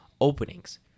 openings